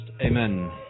Amen